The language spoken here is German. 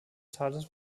tales